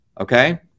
Okay